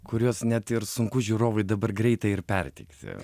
kuriuos net ir sunku žiūrovui dabar greitai ir perteikti